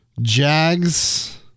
Jags